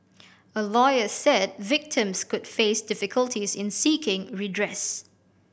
a lawyer said victims could face difficulties in seeking redress